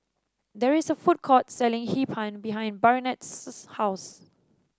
there is a food court selling Hee Pan behind Barnett's house